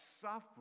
suffering